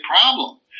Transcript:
problem